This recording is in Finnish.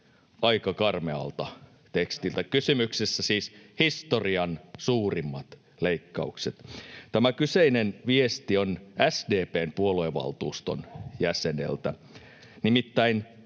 aika karmealta tekstiltä? Kysymyksessä ovat siis historian suurimmat leikkaukset. Tämä kyseinen viesti on SDP:n puoluevaltuuston jäseneltä.